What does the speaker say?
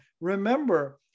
Remember